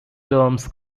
terms